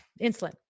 insulin